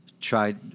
Tried